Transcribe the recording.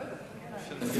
לא יודעת, לא נראה לי.